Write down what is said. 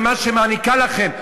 על מה שהיא מעניקה לכם?